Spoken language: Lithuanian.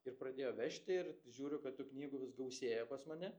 ir pradėjo vežti ir žiūriu kad tų knygų vis gausėja pas mane